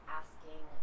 asking